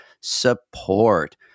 support